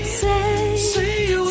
say